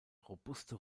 robuste